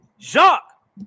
Jacques